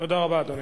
תודה רבה, אדוני.